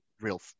real